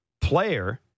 player